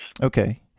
Okay